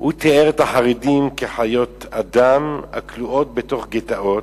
הוא תיאר את החרדים כחיות אדם הכלואות בתוך גטאות,